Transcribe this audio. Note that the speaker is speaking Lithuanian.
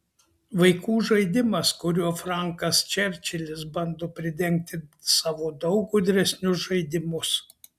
vaikų žaidimas kuriuo frankas čerčilis bando pridengti savo daug gudresnius žaidimus